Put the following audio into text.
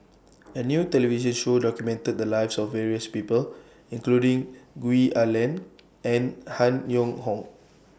A New television Show documented The Lives of various People including Gwee Ah Leng and Han Yong Hong